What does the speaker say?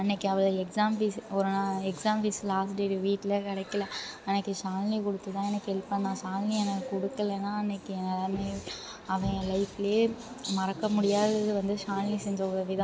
அன்னைக்கு அவள் exam fees ஒரு நாள் எக்ஸாம் ஃபீஸ்ஸு லாஸ்ட் டேட் வீட்டில் கிடைக்கல அன்னைக்கு ஷாலினி கொடுத்து தான் எனக்கு ஹெல்ப் பண்ணாள் ஷாலினி எனக்கு கொடுக்கலேன்னா அன்னைக்கு என் நிலமையே அவள் என் லைஃப்லேயே மறக்க முடியாதது வந்து ஷாலினி செஞ்ச உதவி தான்